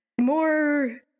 More